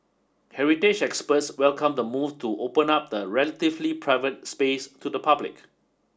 heritage experts welcomed the move to open up the relatively private space to the public